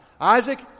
Isaac